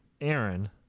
Aaron